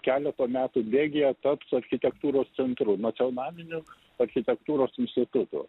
keleto metų bėgyje taps architektūros centrų nacionaliniu architektūros institutu